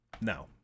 No